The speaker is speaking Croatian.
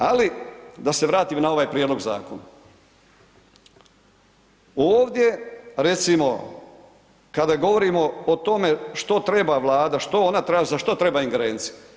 Ali da se vratim na ovaj prijedlog zakona, ovdje recimo kada govorimo o tome što treba Vlada, što ona traži, za što treba ingerencija?